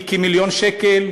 היא כמיליון שקל,